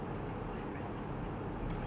you can fly but you cannot carry anyone with you